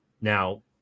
Now